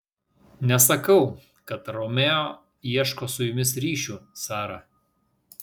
nesakau kad romeo ieško su jumis ryšių sara